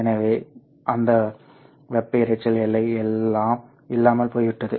எனவே அந்த வெப்ப இரைச்சல் எல்லை எல்லாம் இல்லாமல் போய்விட்டது